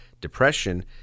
depression